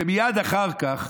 ומייד אחר כך,